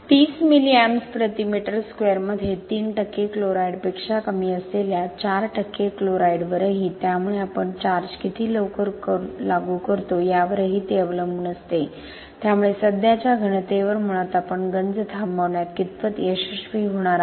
30 milli amps प्रति metre स्क्वेअरमध्ये 3 टक्के क्लोराईड पेक्षा कमी असलेल्या 4 टक्के क्लोराईडवरही त्यामुळे आपण चार्ज किती लवकर लागू करतो यावरही ते अवलंबून असते त्यामुळे सध्याच्या घनतेवर मुळात आपण गंज थांबवण्यात कितपत यशस्वी होणार आहोत